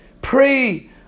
Pray